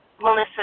Melissa